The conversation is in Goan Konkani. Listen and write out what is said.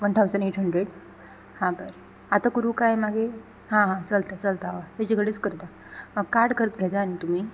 वन ठावजन एट हंड्रेड हा बरें आतां करूं काय मागीर हा हा चलता चलता होय तेजे कडेच करता कार्ड करत घेता न्ही तुमी